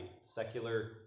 secular